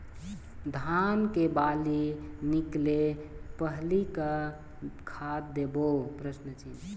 धान के बाली निकले पहली का खाद देबो?